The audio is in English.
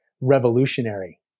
revolutionary